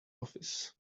office